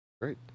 great